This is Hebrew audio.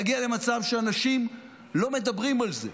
להגיע למצב שאנשים לא מדברים על זה,